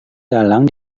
dalang